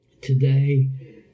today